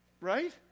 Right